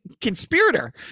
conspirator